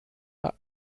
are